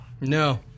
No